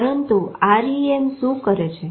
પરંતુ REM શું કરે છે